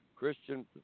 Christian